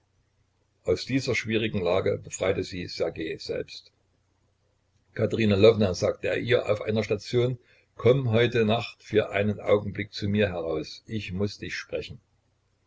aus dieser schwierigen lage befreite sie ssergej selbst katerina lwowna sagte er ihr auf einer station komm heute nacht für einen augenblick zu mir heraus ich muß dich sprechen